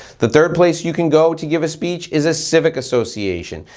the third place you can go to give a speech is a civic association.